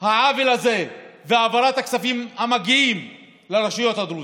העוול הזה והעברת הכספים המגיעים לרשויות הדרוזיות.